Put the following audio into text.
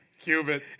cubit